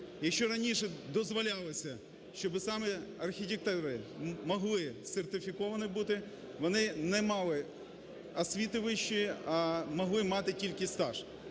Якщо раніше дозволялося, щоб саме архітектури могли сертифіковані бути, вони не мали освіти вищої, могли мати тільки стаж.